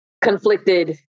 conflicted